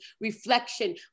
reflection